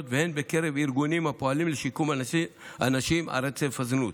והן בקרב ארגונים הפועלים לשיקום אנשים על רצף הזנות,